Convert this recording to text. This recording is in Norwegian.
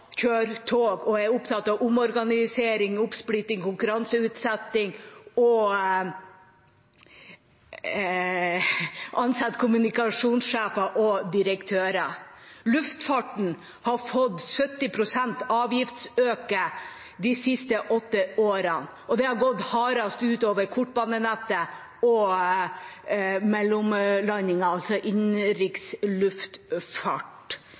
og er opptatt av omorganisering, oppsplitting og konkurranseutsetting og å ansette kommunikasjonssjefer og direktører. Luftfarten har fått 70 pst. avgiftsøkning de siste åtte årene. Og det har gått hardest ut over kortbanenettet og